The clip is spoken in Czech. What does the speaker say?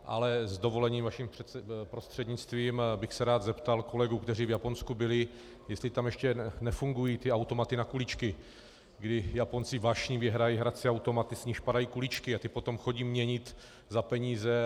Ale s dovolením vaším prostřednictvím bych se rád zeptal kolegů, kteří v Japonsku byli, jestli tam ještě nefungují ty automaty na kuličky, kdy Japonci vášnivě hrají hrací automaty, z nichž potom padají kuličky, a ty potom chodí měnit za peníze.